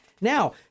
Now